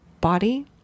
body